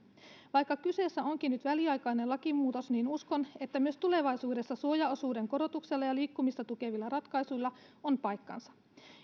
vaikka kyseessä onkin nyt väliaikainen lakimuutos niin uskon että myös tulevaisuudessa suojaosuuden korotuksella ja liikkumista tukevilla ratkaisuilla on paikkansa